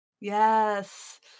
Yes